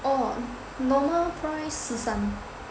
orh normal price 十三